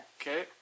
Okay